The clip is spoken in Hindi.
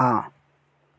हाँ